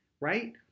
Right